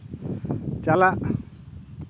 ᱪᱟᱞᱟᱜ